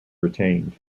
retained